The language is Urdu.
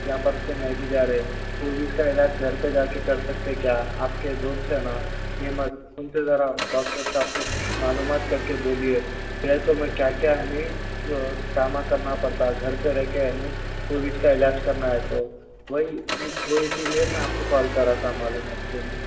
یہاں پر سے نہیں بھی جا رہے کووڈ کا علاج گھر پہ جا کے کر سکتے ہیں کیا آپ کے دوست ہیں نا نعمت ان سے ذرا ڈاکٹر صاحب سے معلومات کر کے بولیے نہیں تو میں کیا کیا نہیں ڈرامہ کرنا پڑتا گھر پہ رہ کے ہے نہیں کووڈ کا علاج کرنا ہے تو وہی وہی اسی لیے میں آپ کو کال کرا تھا معلومات کے لیے